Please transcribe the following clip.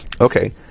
Okay